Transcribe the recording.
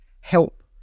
help